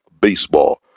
Baseball